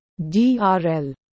DRL